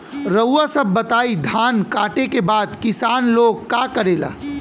रउआ सभ बताई धान कांटेके बाद किसान लोग का करेला?